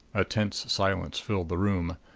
a tense silence filled the room.